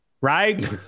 right